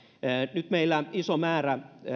nyt meillä iso määrä